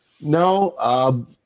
No